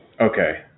Okay